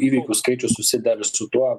įvykių skaičius susi dar ir su tuo